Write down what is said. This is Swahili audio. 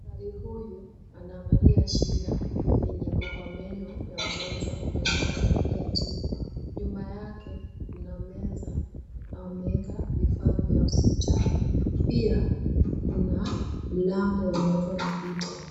Daktari huyu anaangalia shida yenye iko kwa meno ya mgonjwa mwenye ameangalia juu. Nyuma yake kuna meza ameeka vifaa vya hospitali. Pia kuna mlango yenye watu wanapita.